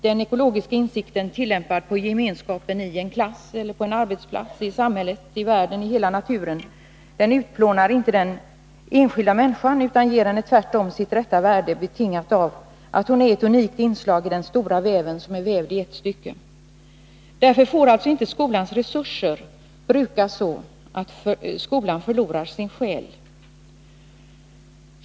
Den ekologiska insikten tillämpad på gemenskapen i en klass eller på en arbetsplats, i samhället, i världen, i hela naturen, utplånar inte den enskilda människan utan ger henne tvärtom sitt rätta värde, betingat av att hon är ett unikt inslag i den stora väven, som är vävd i ett stycke. Därför får inte skolans resurser brukas så att skolan förlorar sin själ.